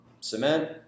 cement